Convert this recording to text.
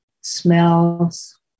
smells